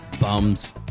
bums